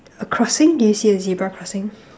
a crossing do you see a zebra crossing